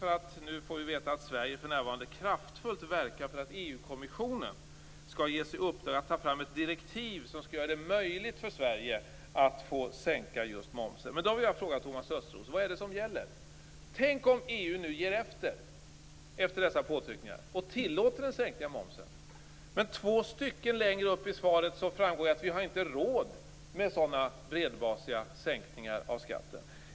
Nu får vi nämligen veta att Sverige för närvarande kraftfullt verkar för att EU-kommissionen skall ges i uppdrag att ta fram ett direktiv som skall göra det möjligt för Sverige att sänka momsen. Men då vill jag fråga Thomas Östros: Vad är det som gäller? Tänk om EU nu ger efter för dessa påtryckningar och tillåter en sänkning av momsen! Två stycken längre upp i svaret framgår det ju att vi inte har råd med sådana bredbasiga sänkningar av skatten.